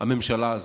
הממשלה הזו.